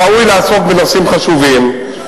ראוי לעסוק בנושאים חשובים,